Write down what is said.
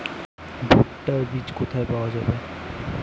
ভুট্টার বিজ কোথায় পাওয়া যাবে?